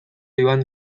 iban